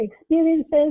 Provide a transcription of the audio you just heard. experiences